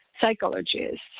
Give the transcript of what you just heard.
psychologists